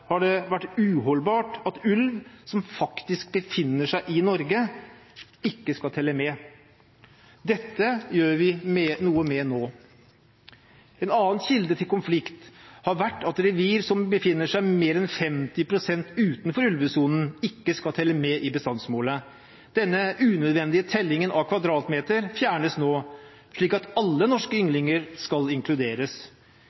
har det vært uholdbart at ulv som faktisk befinner seg i Norge, ikke skal telles med. Dette gjør vi noe med nå. En annen kilde til konflikt har vært at revir som befinner seg mer enn 50 pst. utenfor ulvesonen, ikke skal telles med i bestandsmålet. Denne unødvendige tellingen av kvadratmeter fjernes nå, slik at alle norske